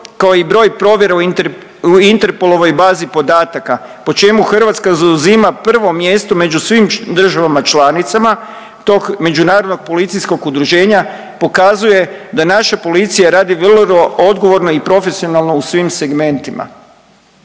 kao i broj provjera u Interpolovoj bazi podataka, po čemu Hrvatska zauzima prvo mjesto među svim državama članicama tog međunarodnog policijskog udruženja pokazuje da naša policija radi vrlo odgovorno i profesionalno u svim segmentima.